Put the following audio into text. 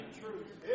truth